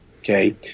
okay